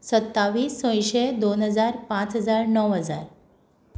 सत्तावीस अंयशी दोन हजार पांच हजार णव हजार